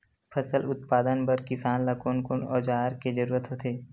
फसल उत्पादन बर किसान ला कोन कोन औजार के जरूरत होथे?